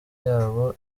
yabo